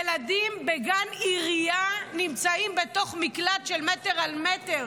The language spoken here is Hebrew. ילדים בגן עירייה נמצאים בתוך מקלט של מטר על מטר,